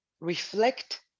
reflect